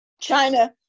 China